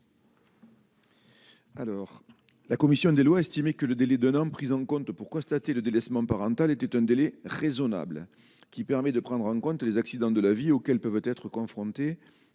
Alors la commission des lois, estimé que le délit de non-prise en compte pour constater le délaissement parental était un délai raisonnable qui permet de prendre en compte les accidents de la vie auxquelles peuvent être confrontés